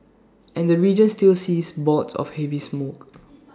and the region still sees bouts of heavy smog